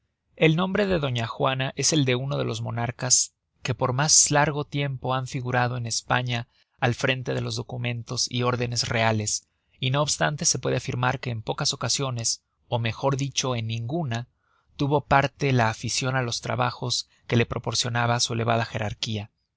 el nombre de doña juana es el de uno de los monarcas que por mas largo tiempo han figurado en españa al frente de los documentos y órdenes reales y no obstante se puede afirmar que en pocas ocasiones ó mejor dicho en ninguna tuvo parte la aficion á los trabajos que le proporcionaba su elevada gerarquia